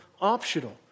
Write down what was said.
optional